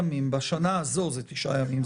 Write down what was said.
בשנה הזאת זה תשעה ימים.